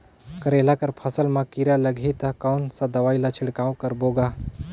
करेला कर फसल मा कीरा लगही ता कौन सा दवाई ला छिड़काव करबो गा?